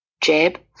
jab